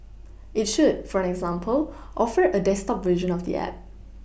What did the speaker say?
it should for example offer a desktop version of the app